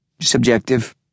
Subjective